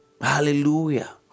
Hallelujah